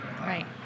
Right